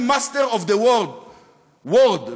אני master of the word, word ,